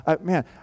Man